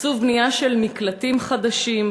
תקצוב בנייה של מקלטים חדשים,